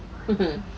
(uh huh)